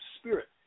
spirit